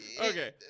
okay